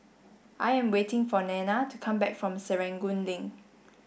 I am waiting for Nena to come back from Serangoon Link